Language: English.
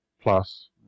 Plus